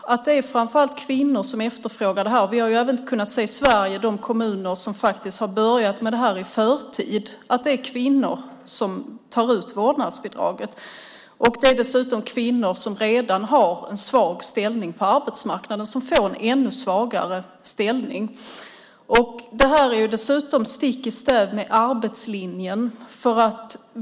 Det är framför allt kvinnor som efterfrågar detta. Även i Sverige har vi i de kommuner som faktiskt har börjat med det här i förtid kunnat se att det är kvinnor som tar ut vårdnadsbidraget. Det är dessutom kvinnor som redan har en svag ställning på arbetsmarknaden som nu får en ännu svagare ställning. Vårdnadsbidraget går dessutom stick i stäv med arbetslinjen.